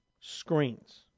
screens